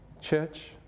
church